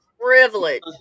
privilege